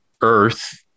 Earth